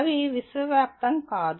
అవి విశ్వవ్యాప్తం కాదు